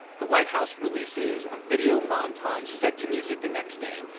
the white house releases a video montage set to music the next day,